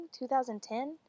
2010